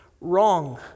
wrong